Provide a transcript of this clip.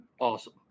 awesome